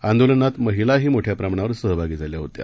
आंदोलनात महिलाही मोठ्या प्रमाणावर सहभागी झाल्या होत्या